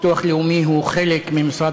הביטוח הלאומי הוא חלק ממשרד